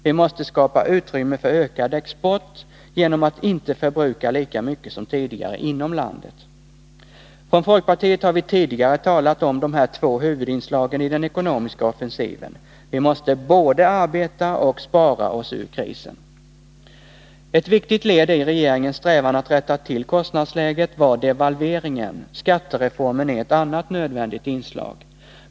Vi måste skapa utrymme för ökad export genom att inte förbruka lika mycket som tidigare inom landet. Vi i folkpartiet har tidigt talat om två huvudinslag i den ekonomiska offensiven: vi måste både arbeta och spara oss ur krisen. Ett viktigt led i regeringens strävan att rätta till kostnadsläget var devalveringen. Skattereformen är ett annat nödvändigt inslag.